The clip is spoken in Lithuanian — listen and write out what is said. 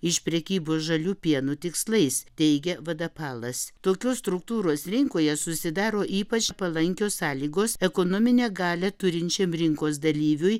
iš prekybos žaliu pienu tikslais teigia vadapalas tokios struktūros rinkoje susidaro ypač palankios sąlygos ekonominę galią turinčiam rinkos dalyviui